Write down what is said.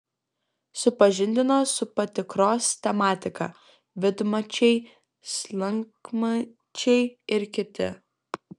supažindino su patikros tematika vidmačiai slankmačiai ir kiti